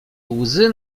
łzy